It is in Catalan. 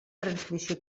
transmissió